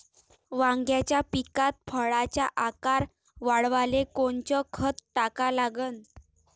वांग्याच्या पिकात फळाचा आकार वाढवाले कोनचं खत टाका लागन?